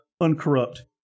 uncorrupt